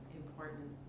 important